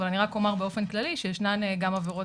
אבל אני רק אומר באופן כללי שישנן גם עבירות